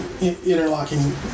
interlocking